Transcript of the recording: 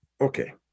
okay